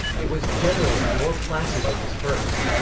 it was, generally, more placid than his first.